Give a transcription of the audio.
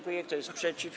Kto jest przeciw?